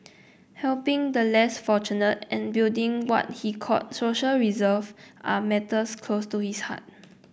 helping the less fortunate and building what he called social reserve are matters close to his heart